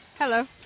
Hello